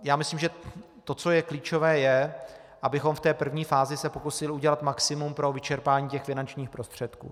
Já myslím, že to, co je klíčové, je, abychom se v první fázi pokusili udělat maximum pro vyčerpání finančních prostředků.